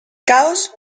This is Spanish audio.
caos